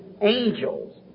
Angels